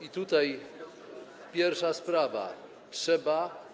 I tutaj pierwsza sprawa, trzeba.